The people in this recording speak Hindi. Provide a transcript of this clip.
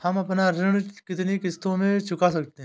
हम अपना ऋण कितनी किश्तों में चुका सकते हैं?